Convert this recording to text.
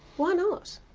why not?